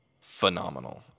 phenomenal